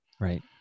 Right